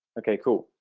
okay, cool.